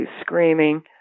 screaming